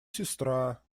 сестра